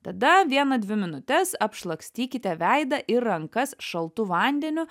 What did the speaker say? tada vieną dvi minutes apšlakstykite veidą ir rankas šaltu vandeniu